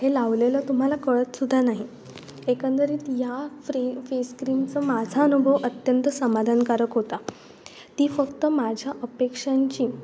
हे लावलेलं तुम्हाला कळतसुद्धा नाही एकंदरीत या फ्रे फेसक्रीमचा माझा अनुभव अत्यंत समाधानकारक होता ती फक्त माझ्या अपेक्षांची